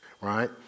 right